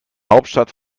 hauptstadt